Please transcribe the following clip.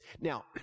Now